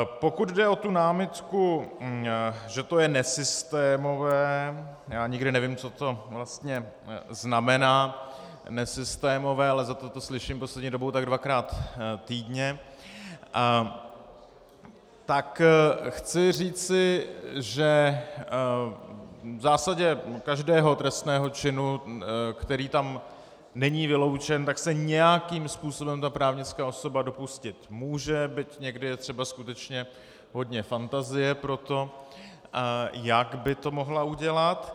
Pokud jde o námitku, že to je nesystémové já nikdy nevím, co to vlastně znamená, nesystémové, ale zato to slyším poslední dobou tak dvakrát týdně , tak chci říci, že v zásadě každého trestného činu, který tam není vyloučen, tak se nějakým způsobem právnická osoba dopustit může, byť někdy je třeba skutečně hodně fantazie pro to, jak by to mohla udělat.